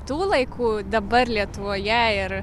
tų laikų dabar lietuvoje ir